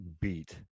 beat